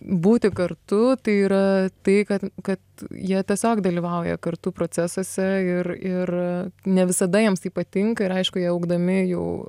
būti kartu tai yra tai kad kad jie tiesiog dalyvauja kartu procesuose ir ir ne visada jiems tai patinka ir aišku jie augdami jau